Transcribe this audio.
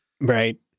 Right